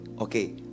okay